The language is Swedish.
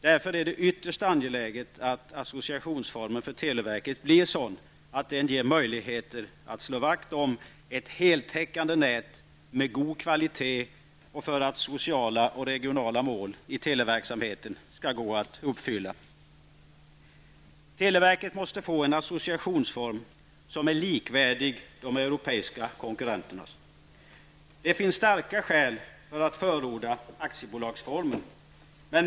Därför är det ytterst angeläget att associationsformen för televerket blir sådan att den ger möjligheter att slå vakt om ett heltäckande nät med god kvalitet för att sociala och regionala mål i televerksamheten skall gå att uppfylla. Televerket måste få en associationsform som är likvärdig de europeiska konkurrenternas. Det finns starka skäl för att förorda aktiebolagsformen.